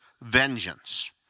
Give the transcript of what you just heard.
vengeance